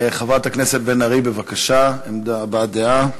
חברת הכנסת בן ארי, בבקשה, הבעת דעה.